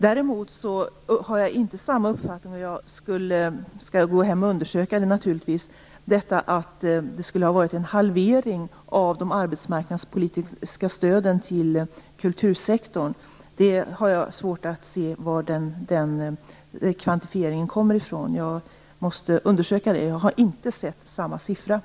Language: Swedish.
Däremot har jag inte samma uppfattning - jag skall naturligtvis undersöka saken - när det gäller uppgiften att det skulle ha varit en halvering av de arbetsmarknadspolitiska stöden till kultursektorn. Jag har svårt att se varifrån den kvantifieringen kommer. Jag måste undersöka det. Jag har inte sett någon sådan sifferuppgift.